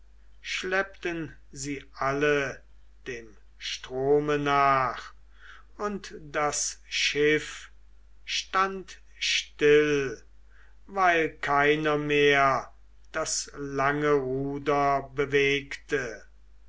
schleppten sie alle dem strome nach und das schiff stand still weil keiner mehr das lange ruder bewegte